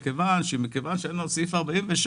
כי כיוון שאין לנו סעיף 46,